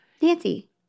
Nancy